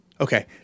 Okay